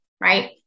right